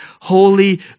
holy